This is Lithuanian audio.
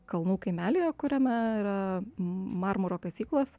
kalnų kaimelyje kuriame yra marmuro kasyklos